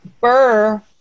burr